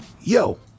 yo